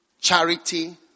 charity